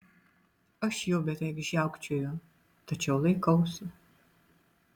aš jau beveik žiaukčioju tačiau laikausi